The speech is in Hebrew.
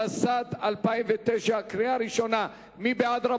התשס"ט 2009. מי בעד?